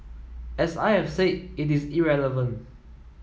as I have said it is irrelevant